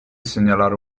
segnalare